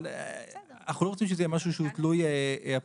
אבל אנחנו לא רוצים שזה יהיה משהו שהוא תלוי הפרסונה.